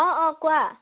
অঁ অঁ কোৱা